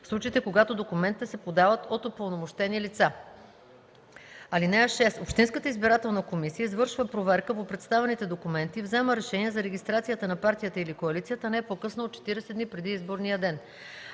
в случаите когато документите се подават от упълномощени лица. (6) Общинската избирателна комисия извършва проверка по представените документи и взема решение за регистрацията на партията или коалицията не по-късно от 40 дни преди изборния ден.